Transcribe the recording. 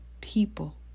people